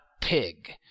pig